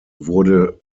wurde